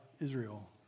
Israel